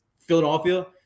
Philadelphia